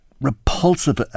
repulsive